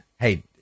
hey